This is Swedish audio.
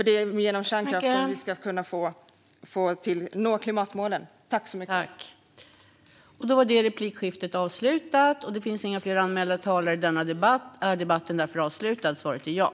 Det är genom kärnkraften vi ska kunna nå klimatmålen.